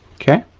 okay.